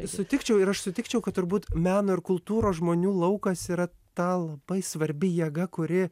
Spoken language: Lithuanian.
sutikčiau ir aš sutikčiau kad turbūt meno ir kultūros žmonių laukas yra ta labai svarbi jėga kuri